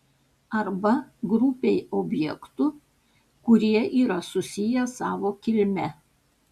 arba grupei objektų kurie yra susiję savo kilme